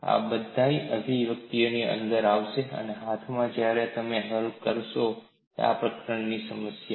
આ બધા અભિવ્યક્તિઓ અંદર આવશે હાથમાં જ્યારે તમે હલ કરવા માંગો છો આ પ્રકરણમાં સમસ્યાઓ